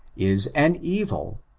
is an evil,